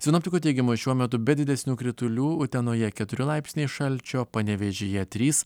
sinoptikų teigimu šiuo metu be didesnių kritulių utenoje keturi laipsniai šalčio panevėžyje trys